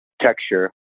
texture